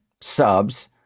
subs